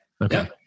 Okay